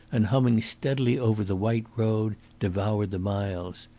and humming steadily over the white road devoured the miles.